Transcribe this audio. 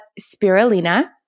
spirulina